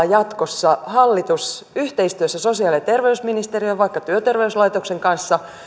jatkossa hallitus jollakin tavalla yhteistyössä sosiaali ja terveysministeriön ja vaikka työterveyslaitoksen kanssa